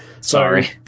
Sorry